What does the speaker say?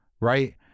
Right